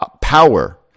power